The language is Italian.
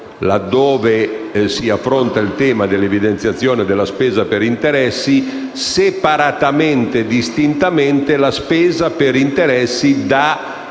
(laddove si affronta il tema dell'evidenziazione della spesa per interessi) separatamente e distintamente la spesa per interessi da